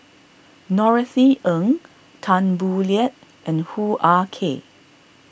Norothy Ng Tan Boo Liat and Hoo Ah Kay